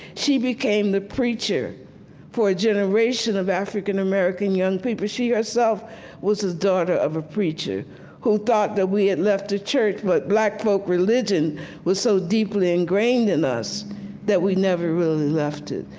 she became the preacher for a generation of african-american young people. she herself was the daughter of a preacher who thought that we had left the church, but black folk religion was so deeply ingrained in us that we never really left it.